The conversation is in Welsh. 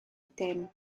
dim